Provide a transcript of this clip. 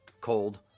cold